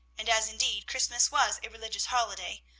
and as indeed christmas was a religious holiday,